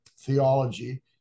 theology